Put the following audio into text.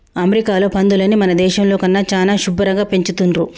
అమెరికాలో పందులని మన దేశంలో కన్నా చానా శుభ్భరంగా పెంచుతున్రు